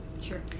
sure